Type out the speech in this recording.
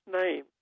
name